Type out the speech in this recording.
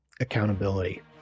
accountability